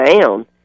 down